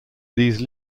these